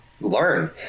learn